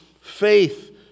faith